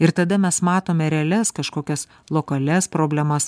ir tada mes matome realias kažkokias lokalias problemas